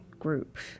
groups